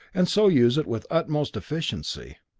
and so use it with utmost efficiency.